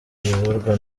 iyoborwa